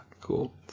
cool